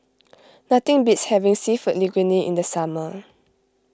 nothing beats having Seafood Linguine in the summer